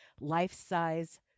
life-size